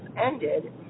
ended